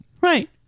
Right